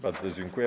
Bardzo dziękuję.